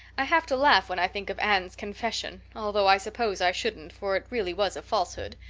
i have to laugh when i think of anne's confession, although i suppose i shouldn't for it really was a falsehood.